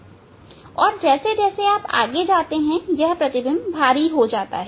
और आप जैसे जैसे आगे जाते हैं यह प्रतिबिंब भारी हो जाता है